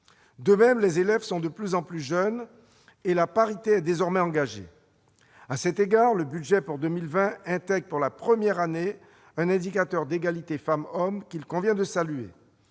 De même, les élèves sont de plus en plus jeunes, et la parité est désormais engagée. À cet égard, le budget pour 2020 intègre pour la première année un indicateur d'égalité femmes-hommes qu'il convient de saluer.